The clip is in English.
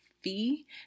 fee